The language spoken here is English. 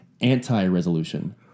anti-resolution